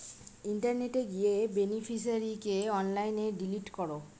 ইন্টারনেটে গিয়ে বেনিফিশিয়ারিকে অনলাইনে ডিলিট করো